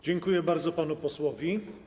Dziękuję bardzo panu posłowi.